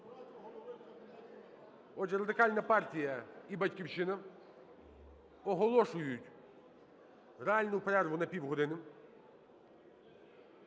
Отже, Радикальна партія і "Батьківщина" оголошують реальну перерву на півгодини.